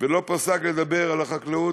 ולא פסק לדבר על החקלאות,